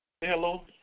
Hello